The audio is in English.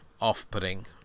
off-putting